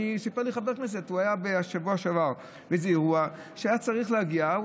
סיפר לי חבר כנסת שהוא היה בשבוע שעבר באיזה אירוע שהיה צריך להגיע,